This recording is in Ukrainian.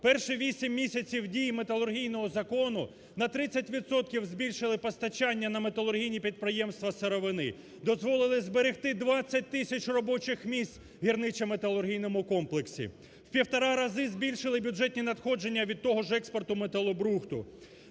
Перші вісім місяців дії металургійного закону на 30 відсотків збільшили постачання на металургійні підприємства сировини, дозволили зберегти 20 тисяч робочих місць в гірничо-металургійному комплексі, в півтора рази збільшили бюджетні надходження від того ж експорту металобрухту,